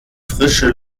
frische